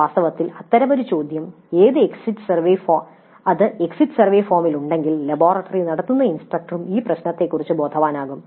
വാസ്തവത്തിൽ അത്തരമൊരു ചോദ്യം അത് എക്സിറ്റ് സർവേ ഫോമിലുണ്ടെങ്കിൽ ലബോറട്ടറി നടത്തുന്ന ഇൻസ്ട്രക്ടറും ഈ പ്രശ്നത്തെക്കുറിച്ച് ബോധവാനാകും